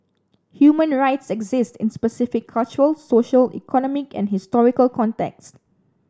human rights exist in specific cultural social economic and historical contexts